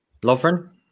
Lovren